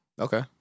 Okay